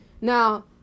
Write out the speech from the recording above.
Now